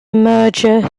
merger